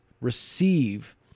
receive